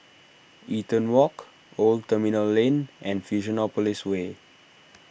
Eaton Walk Old Terminal Lane and Fusionopolis Way